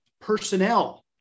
personnel